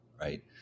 right